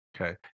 Okay